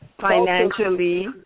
financially